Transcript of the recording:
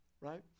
right